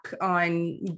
on